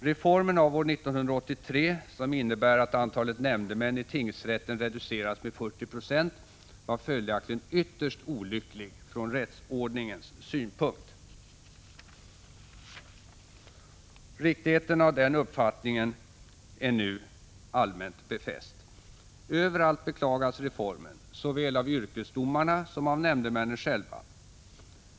Reformen av år 1983, som innebär att antalet nämndemän i tingsrätten reducerades med 40 96, var följaktligen ytterst olycklig från rättsordningens synpunkt. Riktigheten av denna uppfattning är allmänt befäst. Överallt beklagas reformen såväl av yrkesdomarna som av nämndemännen själva.